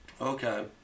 Okay